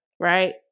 right